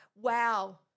wow